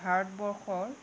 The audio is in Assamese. ভাৰতবৰ্ষৰ